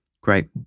Great